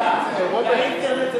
האינטרנט זה,